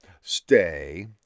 stay